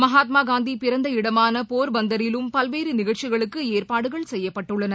மகாத்மா காந்தி பிறந்த இடமான போர்பந்தரிலும் பல்வேறு நிகழ்ச்சிகளுக்கு ஏற்பாடுகள் செய்யப்பட்டுள்ளன